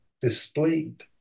displayed